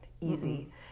easy